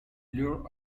lure